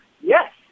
yes